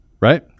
right